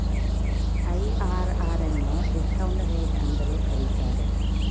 IRR ಅನ್ನು discount rate ಅಂತಲೂ ಕರೀತಾರೆ